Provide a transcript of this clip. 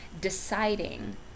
deciding